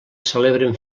celebren